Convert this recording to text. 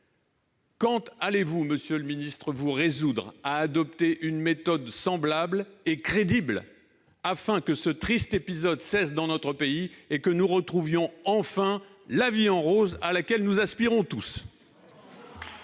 Quand allez-vous vous résoudre à adopter une méthode semblable et crédible, afin que ce triste épisode cesse dans notre pays et que nous retrouvions enfin la vie en rose à laquelle nous aspirons tous ?